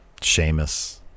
Seamus